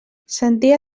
sentia